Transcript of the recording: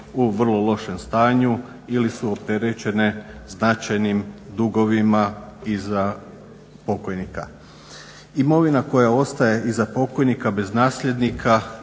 u vrlo lošem stanju ili su opterećene značajnim dugovima iza pokojnika. Imovina koja ostaje iza pokojnika bez nasljednika